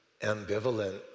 ambivalent